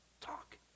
Talk